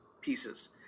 pieces